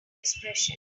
expression